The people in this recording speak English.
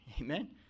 Amen